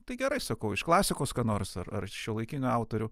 tai gerai sakau iš klasikos ką nors ar ar šiuolaikinių autorių